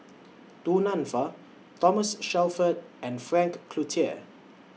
Du Nanfa Thomas Shelford and Frank Cloutier